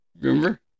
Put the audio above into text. Remember